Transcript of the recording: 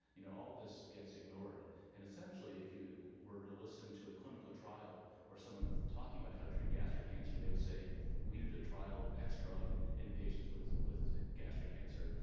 you know all this gets ignored and essentially if you were to listen to a clinical trial or someone talking about how to treat gastric cancer, they would say we did a trial of x drug in patients with with gastric cancer.